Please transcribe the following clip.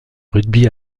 rugby